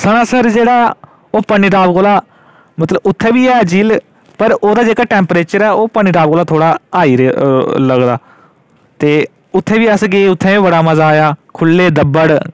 सनासर जेह्ड़ा ऐ ओह् पत्नीटाप कोला उत्थै बी ऐ झील पर ओह् दा जेह्ड़ा टैंपरेचर ऐ ओह् पत्नीटाप कोल थोह्ड़ा हाई ऐ लगदा ते उत्थै बी अस गे बड़ा मजा आएआ खु'ल्ले दब्बड़